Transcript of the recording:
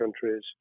countries